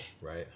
right